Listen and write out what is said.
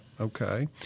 Okay